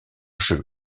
jeu